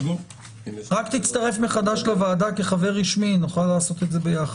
רק תצטרך מחדש לוועדה כחבר רשמי ונכל לעשות את זה ביחד.